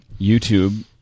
YouTube